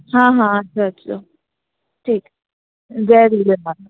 हा हा अचो अचो ठीकु जय झूलेलाल